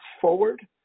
forward